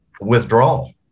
withdrawal